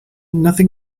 nothing